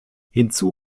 hinzu